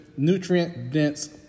nutrient-dense